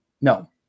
No